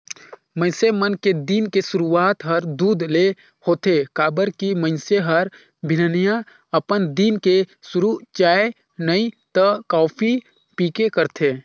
मइनसे मन के दिन के सुरूआत हर दूद ले होथे काबर की मइनसे हर बिहनहा अपन दिन के सुरू चाय नइ त कॉफी पीके करथे